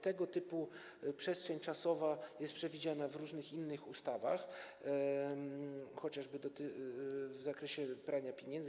Tego typu przestrzeń czasowa jest przewidziana w różnych innych ustawach, chociażby w zakresie prania pieniędzy.